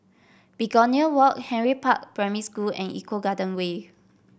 Begonia Walk Henry Park Primary School and Eco Garden Way